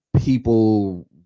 people